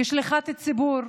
כשליחת ציבור,